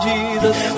Jesus